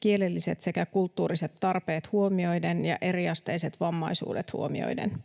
kielelliset sekä kulttuuriset tarpeet huomioiden ja eriasteiset vammaisuudet huomioiden.